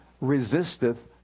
resisteth